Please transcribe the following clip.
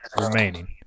remaining